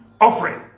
offering